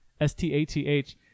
S-T-A-T-H